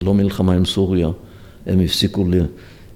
לא מלחמה עם סוריה, הם הפסיקו ל…